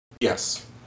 Yes